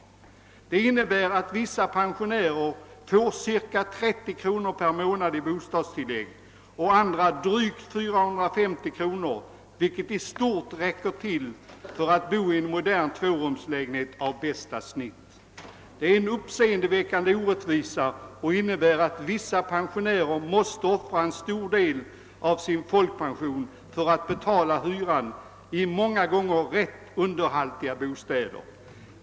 Det innebär att vissa pensionärer får ca 30 kronor per månad i bostadstillägg och andra drygt 450 kronor, vilket senare belopp i stort sett räcker för att bo i en modern tvårumslägenhet av bästa snitt. Det är en uppseendeväckande orättvisa, som innebär att vissa pensionärer måste offra en stor del av sin folkpension för att betala hyran i många gånger rätt underhaltiga bostäder.